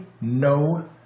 no